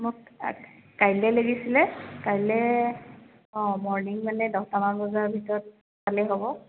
মোক কাইলৈ লাগিছিলে কাইলে অঁ মৰ্ণিং মানে দহটামান বজাৰ ভিতৰত পালেই হব